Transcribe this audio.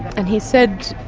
and he said,